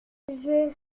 j’ai